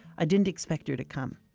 i didn't expect her to come.